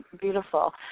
Beautiful